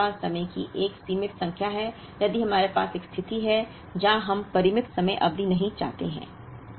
यदि हमारे पास समय की एक सीमित संख्या है यदि हमारे पास एक स्थिति है जहां हम परिमित समय अवधि नहीं चाहते हैं